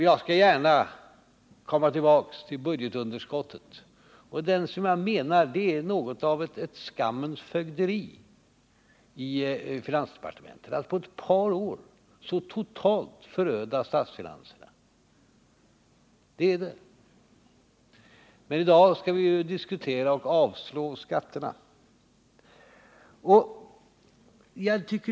Jag skall gärna återkomma till frågan om budgetunderskottet. Jag menar att det är något av ett skammens fögderi i finansdepartementet att på ett par år så totalt föröda statsfinanserna. Men i dag skall vi diskutera och avslå regeringens skatteförslag.